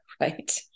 right